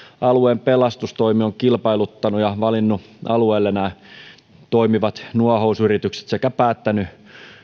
alueen pelastustoimi on kilpailuttanut ja valinnut alueelle toimivat nuohousyritykset sekä päättänyt